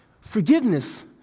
Forgiveness